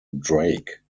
drake